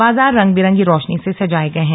बाजार रंग बिरंगी रोशनी से सजाए गए हैं